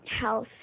health